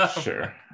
sure